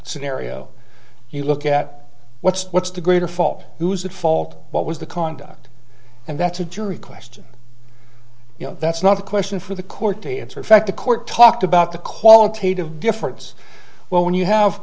scenario you look at what's what's the greater fault who's at fault what was the conduct and that's a jury question you know that's not a question for the court to answer affect the court talked about the qualitative difference well when you have